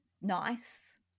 nice